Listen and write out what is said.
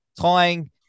tying